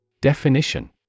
Definition